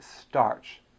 starch